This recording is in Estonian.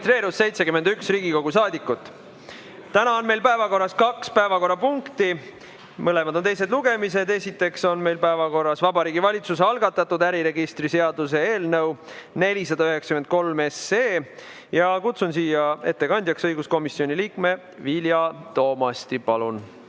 registreerus 71 Riigikogu liiget. Täna on meil päevakorras kaks päevakorrapunkti, mõlemad on teised lugemised. Esiteks on meil päevakorras Vabariigi Valitsuse algatatud äriregistri seaduse eelnõu 493. Kutsun siia ettekandjaks õiguskomisjoni liikme Vilja Toomasti. Palun!